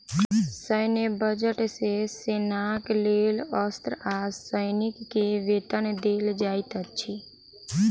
सैन्य बजट सॅ सेनाक लेल अस्त्र आ सैनिक के वेतन देल जाइत अछि